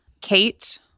Kate